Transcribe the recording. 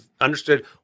understood